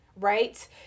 right